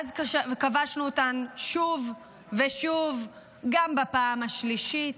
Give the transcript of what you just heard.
ואז כבשנו אותן שוב, ושוב, גם בפעם השלישית.